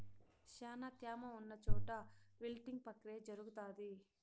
శ్యానా త్యామ ఉన్న చోట విల్టింగ్ ప్రక్రియ జరుగుతాది